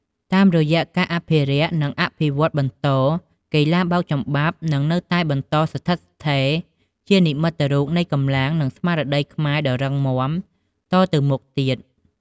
តាមរយៈការអភិរក្ស និងការអភិវឌ្ឍន៍បន្ត កីឡាបោកចំបាប់នឹងនៅតែបន្តស្ថិតស្ថេរជានិមិត្តរូបនៃកម្លាំង និងស្មារតីខ្មែរដ៏រឹងមាំតទៅមុខទៀត។